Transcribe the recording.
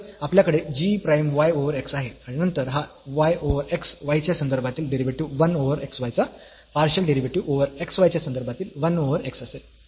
तर आपल्याकडे g prime y over x आहे आणि नंतर हा y ओव्हर एक्स वायच्या संदर्भातील डेरिव्हेटीव 1 ओव्हर x y चा partial derivative over x y च्या संदर्भात 1 ओव्हर x असेल